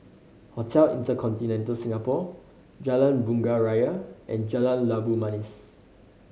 Hotel InterContinental Singapore Jalan Bunga Raya and Jalan Labu Manis